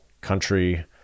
country